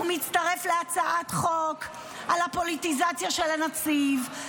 הוא מצטרף להצעת חוק על הפוליטיזציה של הנציב,